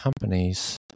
companies